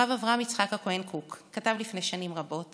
הרב אברהם יצחק הכהן קוק כתב לפני שנים רבות